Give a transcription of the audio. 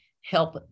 help